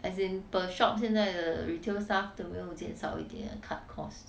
as in per shop 现在的 retail staff 有没有减少一点 cut cost